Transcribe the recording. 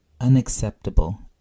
unacceptable